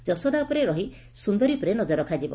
ଯଶୋଦା ଉପରେ ରହି ସୁନ୍ଦରୀ ଉପରେ ନକର ରଖାଯିବ